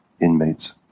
inmates